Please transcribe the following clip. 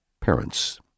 parents